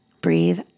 breathe